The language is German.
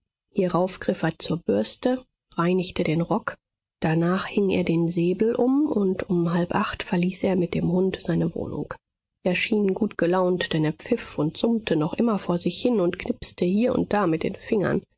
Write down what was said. hierauf griff er zur bürste reinigte den rock danach hing er den säbel um und um halb acht verließ er mit dem hund seine wohnung er schien gutgelaunt denn er pfiff und summte noch immer vor sich hin und knipste hier und da mit den fingern